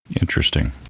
Interesting